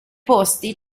posti